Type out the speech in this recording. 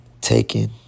taken